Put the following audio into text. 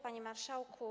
Panie Marszałku!